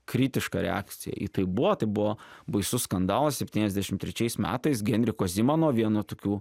kritiška reakcija į tai buvo tai buvo baisus skandalas septyniasdešim trečiais metais genriko zimano vieno tokių